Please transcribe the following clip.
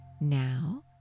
now